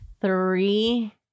three